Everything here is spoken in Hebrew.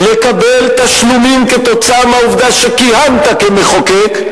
לקבל תשלומים כתוצאה מהעובדה שכיהנת כמחוקק,